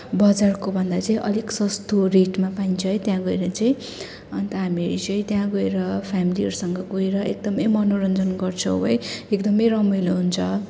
बजारको भन्दा चाहिँ अलिक सस्तो रेटमा पाइन्छ है त्यहाँ गएर चाहिँ अन्त हामीहरू चाहिँ त्यहाँ गएर फ्यामिलीहरूसँग गएर एकदमै मनोरञ्जन गर्छौँ है एकदमै रमाइलो हुन्छ